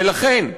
ולכן,